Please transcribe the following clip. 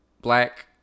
black